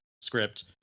script